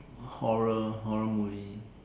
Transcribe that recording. horror horror movie